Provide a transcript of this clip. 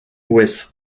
weiss